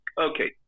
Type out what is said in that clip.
okay